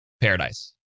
paradise